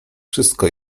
wszystko